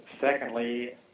secondly